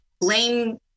blame